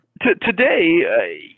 today